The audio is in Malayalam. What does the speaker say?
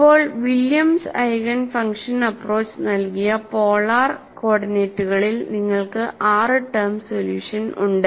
ഇപ്പോൾ വില്യംസ് ഐഗേൻ ഫംഗ്ഷൻ അപ്പ്രോച്ച് നൽകിയ പോളാർ കോർഡിനേറ്റുകളിൽ നിങ്ങൾക്ക് ആറ് ടേം സൊല്യൂഷൻ ഉണ്ട്